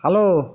hello